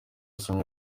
yasomye